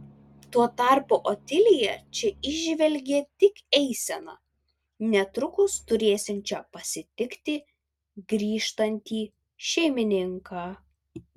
tuo tarpu otilija čia įžvelgė tik eiseną netrukus turėsiančią pasitikti grįžtantį šeimininką